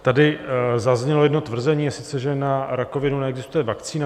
Tady zaznělo jedno tvrzení, a sice že na rakovinu neexistuje vakcína.